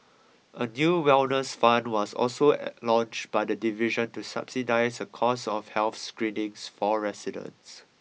a new wellness fund was also a launched by the division to subsidise the cost of health screenings for residents